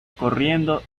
corriendo